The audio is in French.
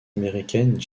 américaine